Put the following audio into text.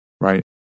right